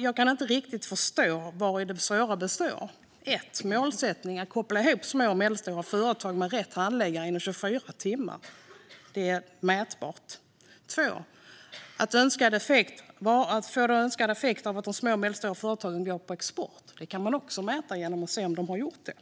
Jag kan inte riktigt förstå vari det svåra består. När det gäller målsättningen att koppla ihop små och medelstora företag med rätt handläggare inom 24 timmar är det möjligt att mäta detta. När det gäller att önskad effekt var att de små och medelstora företagen går på export kan man också mäta det genom att se om de har gjort det.